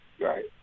Right